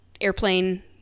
airplane